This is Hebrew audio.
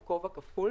הוא כובע כפול.